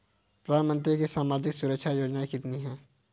प्रधानमंत्री की सामाजिक सुरक्षा योजनाएँ कितनी हैं?